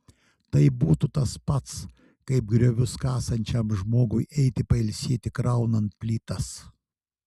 tai būtų tas pats kaip griovius kasančiam žmogui eiti pailsėti kraunant plytas